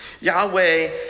Yahweh